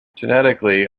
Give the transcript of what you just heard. genetically